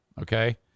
okay